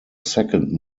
second